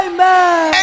Amen